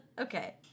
okay